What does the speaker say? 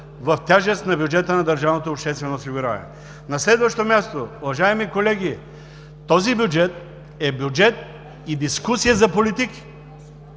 в тежест на бюджета на държавното обществено осигуряване. На следващо място, уважаеми колеги, този бюджет е бюджет и дискусия за политики